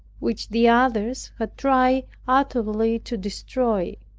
which the others had tried utterly to destroy.